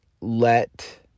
let